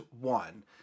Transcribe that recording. one